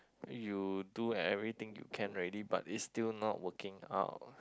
you do everything you can already but it's still not working out